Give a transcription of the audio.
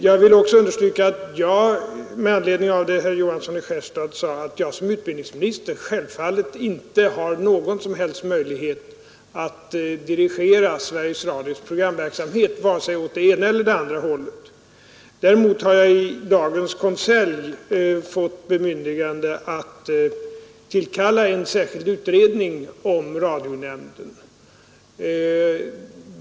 Jag vill också, med anledning av vad herr Johansson i Skärstad sade, understryka att jag som utbildningsminister självfallet inte har någon som helst möjlighet att dirigera Sveriges Radios programverksamhet åt vare sig det ena eller andra hållet. Däremot har jag i dagens konselj fått bemyndigande att tillkalla en särskild utredning om radionämnden.